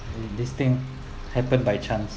this thing happened by chance